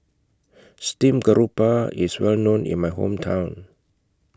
Steamed Grouper IS Well known in My Hometown